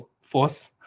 force